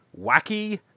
wacky